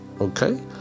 Okay